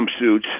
jumpsuits